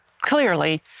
clearly